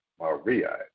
Maria